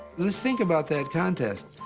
let's think about that contest.